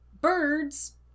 Birds